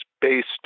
based